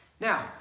Now